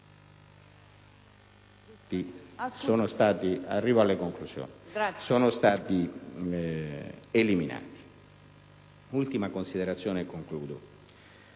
sono stati eliminati. Un'ultima considerazione e concludo.